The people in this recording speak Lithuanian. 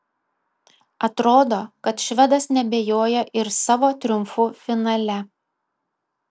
atrodo kad švedas neabejoja ir savo triumfu finale